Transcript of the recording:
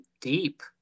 deep